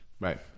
right